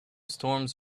storms